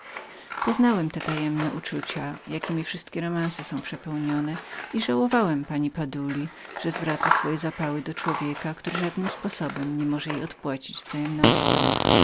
poznałem te tajemne spółczucia jakiemi wszystkie romanse są przepełnione i żałowałem panią baduli że zwracała swoje zapały do człowieka który żadnym sposobem nie mógł jej odpłacać wzajemnością